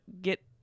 get